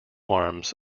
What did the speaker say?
arms